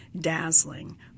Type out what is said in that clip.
dazzling